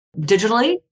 digitally